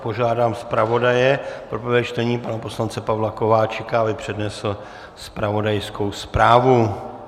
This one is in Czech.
Požádám zpravodaje pro prvé čtení, pana poslance Pavla Kováčika, aby přednesl zpravodajskou zprávu.